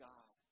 God